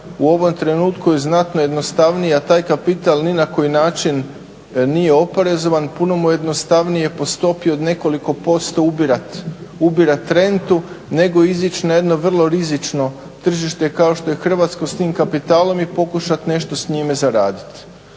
u ovom trenutku je znatno jednostavnija, taj kapital ni na koji način nije oporezivan, puno mu je jednostavnije po stopi od nekoliko posto ubirati rentu nego izaći na jedno vrlo rizično tržište kao što je hrvatsko s tim kapitalom i pokušati nešto s njime zaraditi.